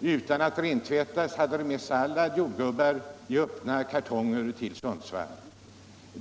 Utan någon rentvätltning skickades samma lastbilar med sallad och jordgubbar i öppna kartonger till Sundsvall.